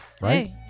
Right